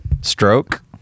stroke